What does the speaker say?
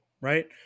right